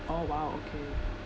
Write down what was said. orh !wow! okay